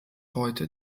heute